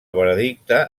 veredicte